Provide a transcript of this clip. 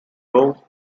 row